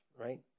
right